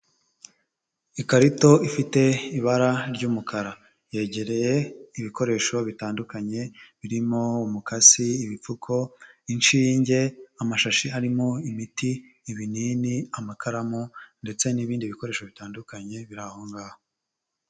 Ikarito ifite ibara ry'umukara, yegereye ibikoresho bitandukanye birimo: umukasi, ibipfuko, inshinge, amashashi arimo imiti, ibinini, amakaramu ndetse n'ibindi bikoresho bitandukanye bira ahongaho.